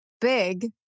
big